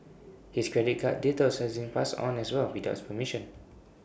his credit card details had been passed on as well without his permission